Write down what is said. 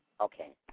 Okay